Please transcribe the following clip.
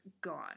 gone